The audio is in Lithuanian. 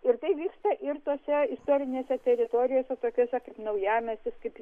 ir tai vyksta ir tose istorinėse teritorijose tokiose kaip naujamiestis kaip